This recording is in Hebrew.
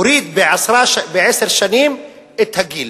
הוריד בעשר שנים את הגיל.